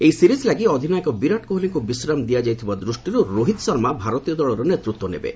ଏହି ସିରିଜ ଲାଗି ଅଧିନାୟକ ବିରାଟ କୋହଲିଙ୍କୁ ବିଶ୍ରାମ ଦିଆଯାଇଥିବା ଦୃଷ୍ଟିରୁ ରୋହିତ ଶର୍ମା ଭାରତୀୟ ଦଳର ନେତୃତ୍ୱ ନେବେ